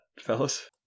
fellas